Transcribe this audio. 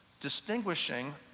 distinguishing